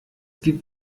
gibt